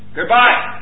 Goodbye